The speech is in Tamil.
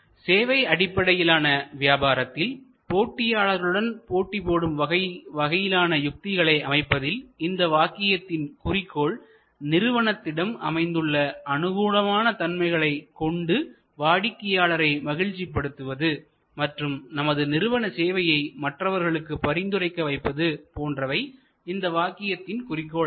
சேவை அடிப்படையிலான வியாபாரத்தில் போட்டியாளர்களுடன் போட்டி போடும் வகையிலான யுக்திகளை அமைப்பதில் இந்த வாக்கியத்தின் குறிக்கோள் நிறுவனத்திடம் அமைந்துள்ள அனுகூலமான தன்மைகள் கொண்டு வாடிக்கையாளரை மகிழ்ச்சிப்படுத்துவது மற்றும் நமது நிறுவன சேவையை மற்றவர்களுக்கு பரிந்துரைக்க வைப்பது போன்றவை இந்த வாக்கியத்தின் குறிக்கோளாகும்